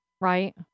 Right